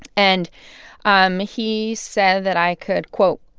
and um he said that i could, quote,